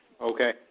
Okay